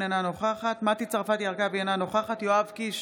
אינה נוכחת מטי צרפתי הרכבי, אינה נוכחת יואב קיש,